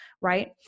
right